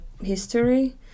history